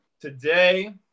today